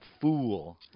fool